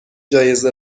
جایزه